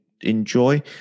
enjoy